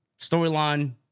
storyline